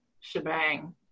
shebang